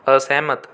ਅਸਹਿਮਤ